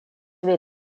met